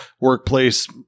workplace